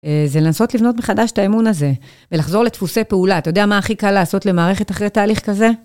זה לנסות לבנות מחדש את האמון הזה ולחזור לדפוסי פעולה. אתה יודע מה הכי קל לעשות למערכת אחרי תהליך כזה?